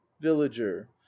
villager